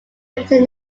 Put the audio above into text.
limited